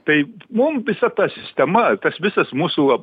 tai mum visa ta sistema tas visas mūsų